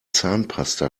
zahnpasta